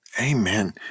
Amen